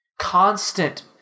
constant